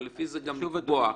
ולפי זה גם לקבוע.